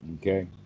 okay